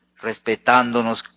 respetándonos